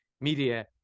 media